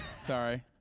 Sorry